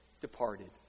departed